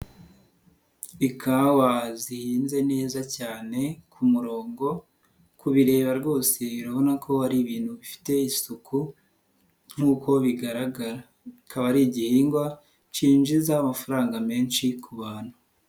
Ikawa zihinze neza cyane ku murongo kubireba rwose urabona ko ari ibintu bifite isuku nkuko bigaragara, akaba ari igihingwa cyinjiza amafaranga menshi ku bantu.